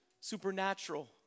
supernatural